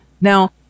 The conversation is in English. Now